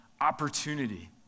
opportunity